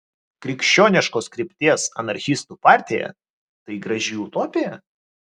krikščioniškos krypties anarchistų partija tai graži utopija